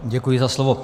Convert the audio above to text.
Děkuji za slovo.